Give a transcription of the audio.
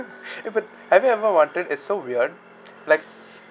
but have you ever wanted it's so weird like